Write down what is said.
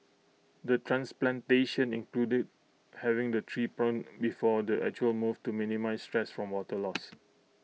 the transplantation included having the tree pruned before the actual move to minimise stress from water loss